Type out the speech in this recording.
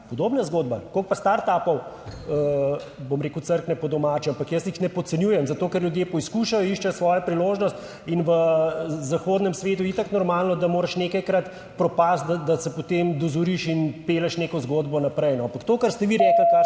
Podobna zgodba - koliko pa startupov bom rekel crkne po domače? Ampak jaz jih ne podcenjujem, zato ker ljudje poskušajo, iščejo svojo priložnost in v zahodnem svetu je itak normalno, da moraš nekajkrat propasti, da se potem dozoriš in pelješ neko zgodbo naprej, ampak to, kar ste vi rekli, kar se